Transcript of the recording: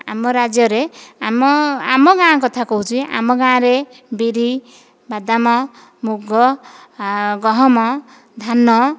ଆମ ରାଜ୍ୟରେ ଆମ ଆମ ଗାଁ କଥା କହୁଛି ଆମ ଗାଁରେ ବିରି ବାଦାମ ମୁଗ ଆଉ ଗହମ ଧାନ